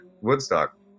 Woodstock